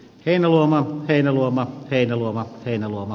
heinäluoman heinäluoma heiluva heinäluoma